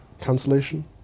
Cancellation